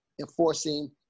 enforcing